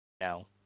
No